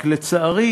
רק לצערי